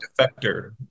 Defector